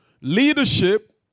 Leadership